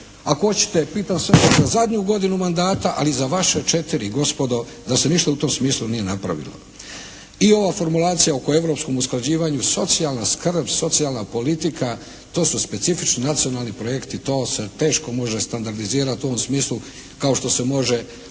se ne razumije./… zadnju godinu mandata ali za vaše četiri gospodo, da se ništa u tom smislu nije napravilo. I ova formulacija oko europskom usklađivanju. Socijalna skrbi, socijalna politika, to su specifični nacionalni projekti. To se teško može standardizirati u ovom smislu kao što se može